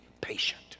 patient